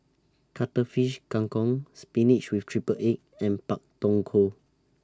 Cuttlefish Kang Kong Spinach with Triple Egg and Pak Thong Ko